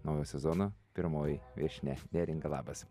naujo sezono pirmoji viešnia neringa labas